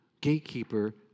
gatekeeper